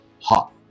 hot